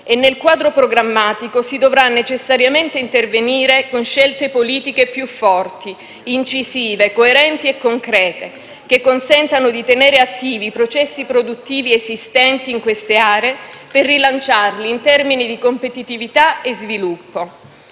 e nel quadro programmatico si dovrà necessariamente intervenire con scelte politiche più forti, incisive, coerenti e concrete, che consentano di tenere attivi i processi produttivi esistenti in queste aree per rilanciarli in termini di competitività e sviluppo.